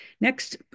Next